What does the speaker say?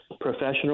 professional